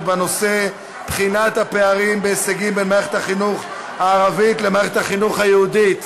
בנושא הפערים בהישגים בין מערכת החינוך הערבית למערכת החינוך היהודית,